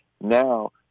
Now